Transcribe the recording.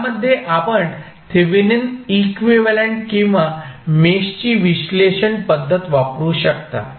यामध्ये आपण Thevenin equivalent किंवा मेशची विश्लेषण पद्धत वापरू शकता